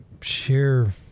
share